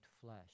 flesh